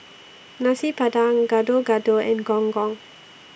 Nasi Padang Gado Gado and Gong Gong